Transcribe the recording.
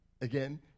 again